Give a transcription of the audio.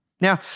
Now